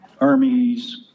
armies